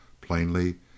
Plainly